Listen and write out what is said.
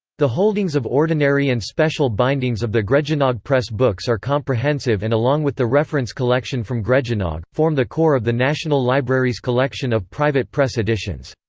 the holdings of ordinary and special bindings of the gregynog press books are comprehensive and along with the reference collection from gregynog, form the core of the national library's collection of private press editions.